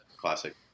Classic